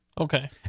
Okay